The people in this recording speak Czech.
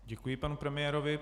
Děkuji panu premiérovi.